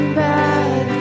back